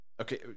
Okay